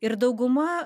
ir dauguma